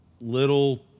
Little